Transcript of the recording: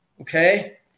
Okay